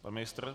Pan ministr?